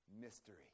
Mystery